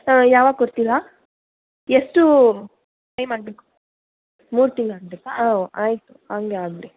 ಹಾಂ ಯಾವಾಗ ಕೊಡ್ತೀರಾ ಎಷ್ಟು ಟೈಮ್ ಆಗಬೇಕು ಮೂರು ತಿಂಗ್ಳು ಆಗ್ಬೇಕಾ ಹಾಂ ಆಯಿತು ಹಂಗೆ ಆಗಲಿ